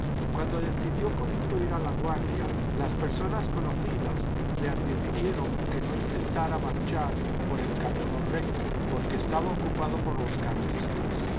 cuando decidió corito ir a laguardia las personas conocidas le advirtieron que no intentara marchar por el camino recto porque estaba ocupado por los carlistas